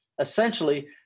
Essentially